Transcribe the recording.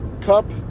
Cup